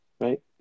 right